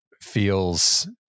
feels